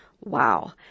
Wow